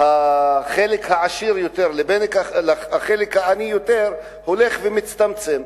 החלק העשיר יותר לבין החלק העני יותר הולך ומצטמצם,